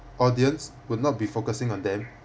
audience will not be focusing on them